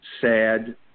sad